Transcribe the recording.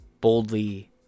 boldly